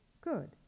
Good